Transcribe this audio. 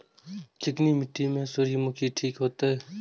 चिकनी मिट्टी में सूर्यमुखी ठीक होते?